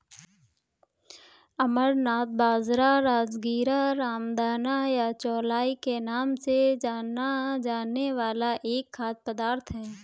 अमरनाथ बाजरा, राजगीरा, रामदाना या चौलाई के नाम से जाना जाने वाला एक खाद्य पदार्थ है